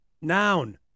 Noun